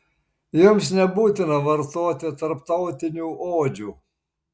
jums nebūtina vartoti tarptautinių odžių